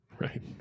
right